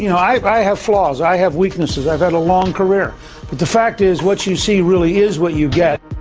you know i have flaws, i have weaknesses. i have had a long career, but the fact is, what you see really is what you get.